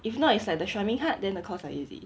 if not it's like the strumming hard then the chords are easy